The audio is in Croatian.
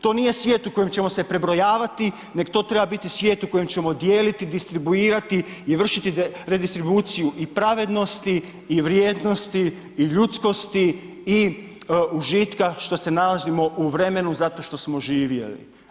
To nije svijet u kojem ćemo se prebrojavati, nego to treba biti svijet u kojem ćemo dijeliti, distribuirati i vršiti redistribuciju i pravednosti i vrijednosti i ljudskosti i užitka, što se nalazimo u vremenu zato što smo živjeli.